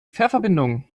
fährverbindung